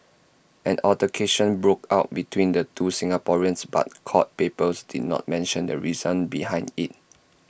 an altercation broke out between the two Singaporeans but court papers did not mention the reason behind IT